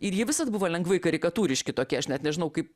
ir jie visad buvo lengvai karikatūriški tokie aš net nežinau kaip